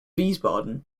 wiesbaden